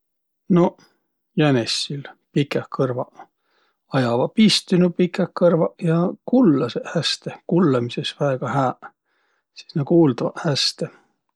Noq, jänessil pikäq kõrvaq? Ajavaq pistü nuuq pikäq kõrvaq ja kullõsõq häste, kullõmisõs väega hääq. Sis nä kuuldvaq häste.